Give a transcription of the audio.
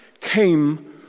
came